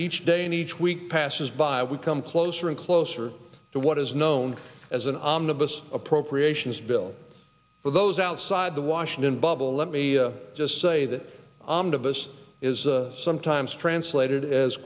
each day and each week passes by we come closer and closer to what is known as an omnibus appropriations bill for those outside the washington bubble let me just say that omnibus is sometimes translated as